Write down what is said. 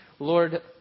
Lord